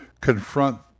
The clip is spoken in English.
confront